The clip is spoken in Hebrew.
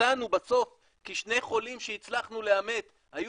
שמצאנו בסוף ששני חולים שהצלחנו לאמת היו